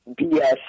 BS